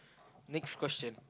next question